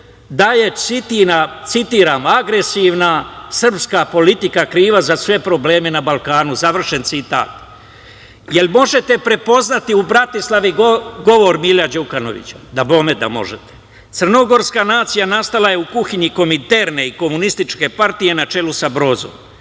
da je, citiram - agresivna srpska politika kriva za sve probleme na Balkanu. Završen citat. Da li možete prepoznati u Bratislavi govor Mila Đukanovića? Dabome da možete. Crnogorska nacija nastala je u kuhinji Kominterne i Komunističke partije, na čelu sa Brozom,